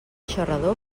xarrador